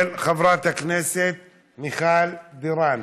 של חברת הכנסת מיכל בירן,